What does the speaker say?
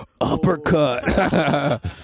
uppercut